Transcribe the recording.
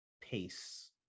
pace